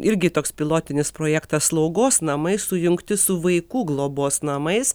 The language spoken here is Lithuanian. irgi toks pilotinis projektas slaugos namai sujungti su vaikų globos namais